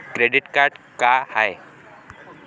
Credit card का हाय?